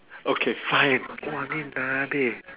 okay fine !wah! ni nabeh